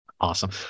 Awesome